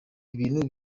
ibintu